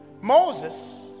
Moses